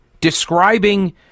describing